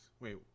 Wait